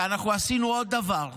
ואנחנו עשינו עוד דבר: